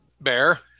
Bear